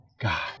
God